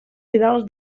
fidels